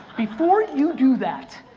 before you do that,